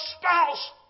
spouse